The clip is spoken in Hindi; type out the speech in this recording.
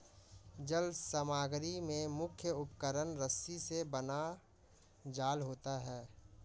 जल समग्री में मुख्य उपकरण रस्सी से बना जाल होता है